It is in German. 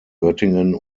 göttingen